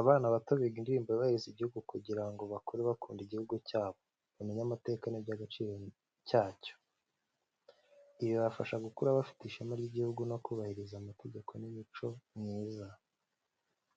Abana bato biga indirimbo yubahiriza igihugu kugira ngo bakure bakunda igihugu cyabo, bamenye amateka n’iby’agaciro cyacyo. Ibi bibafasha gukura bafite ishema ry’igihugu no kubahiriza amategeko n’imico myiza.